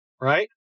Right